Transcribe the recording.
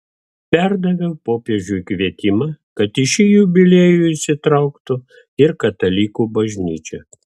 perdaviau popiežiui kvietimą kad į šį jubiliejų įsitrauktų ir katalikų bažnyčia